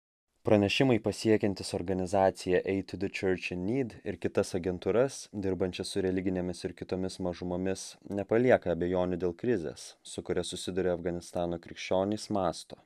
pranešimai pasiekiantys organizaciją eitidučiočenit ir kitas agentūras dirbančias su religinėmis ir kitomis mažumomis nepalieka abejonių dėl krizės su kuria susiduria afganistano krikščionys masto